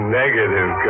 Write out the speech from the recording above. negative